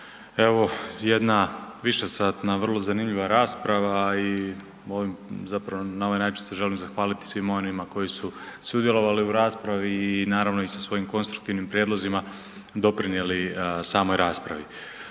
Evo, jedna višesatna, vrlo zanimljiva rasprava i ovim zapravo, na ovaj način se želim zahvaliti svima onima koji su sudjelovali u raspravi i naravno i sa svojim konstruktivnim prijedlozima doprinijeli samoj raspravi.